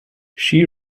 she